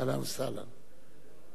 אהלן וסהלן.